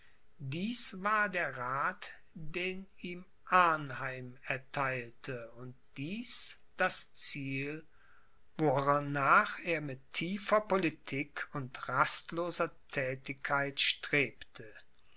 dies war der rath den ihm arnheim ertheilte und dies das ziel wornach er mit tiefer politik und rastloser thätigkeit strebte